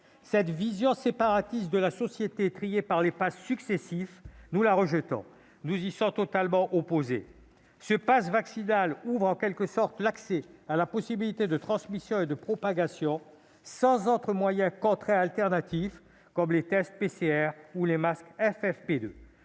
Cette vision séparatiste de la société, triée par les passes successifs, nous la rejetons. Nous y sommes totalement opposés. Ce passe vaccinal n'empêchera pas la transmission et la propagation du virus, faute de moyens contraints alternatifs, comme les tests PCR ou les masques FFP2.